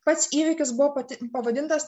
pats įvykis buvo pati pavadintas